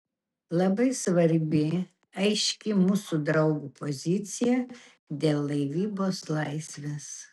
labai svarbi aiški mūsų draugų pozicija dėl laivybos laisvės